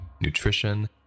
nutrition